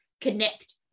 connect